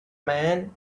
man